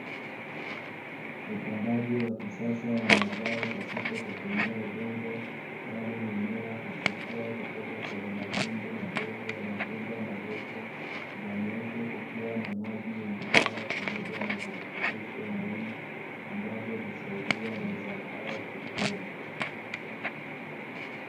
Upandaji wa kisasa wa mazao pasipo kutumia udongo, bali mimea huchipua kutoka kwenye matundu madogo ya mabomba marefu, ndani yake kukiwa na maji yenye dawa, pamoja na virutubisho muhimu, ambavyo husaidia mazao hayo kukua.